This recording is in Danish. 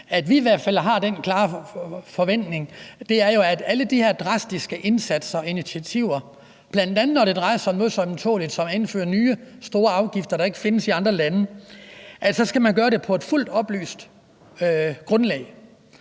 er jo, fordi vi har den klare forventning, at når man laver alle de her drastiske indsatser og initiativer, bl.a. når det drejer sig om noget så ømtåleligt som at indføre nye store afgifter, der ikke findes i andre lande, så skal man gøre det på et fuldt oplyst grundlag.